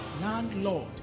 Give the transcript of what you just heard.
Landlord